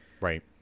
right